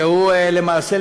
שהוא למעשה,